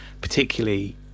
particularly